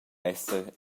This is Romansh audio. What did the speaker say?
esser